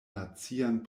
nacian